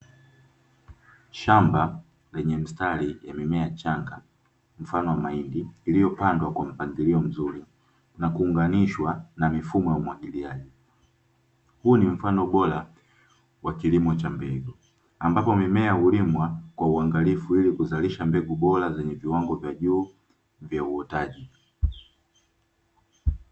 Shamba lenye mstari ya mimea changa mfano wa mahindi, iliyopandwa kwa mpangilio mzuri na kuunganishwa na mifumo ya umwagiliaji. Huu ni mfano bora wa kilimo cha mbegu, ambapo mimea hulimwa kwa uangalifu ili kuzalisha mbegu bora zenye viwango vya juu vya uotaji.